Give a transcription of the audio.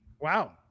Wow